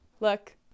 look